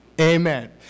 Amen